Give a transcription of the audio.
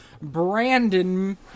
Brandon